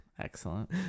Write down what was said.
Excellent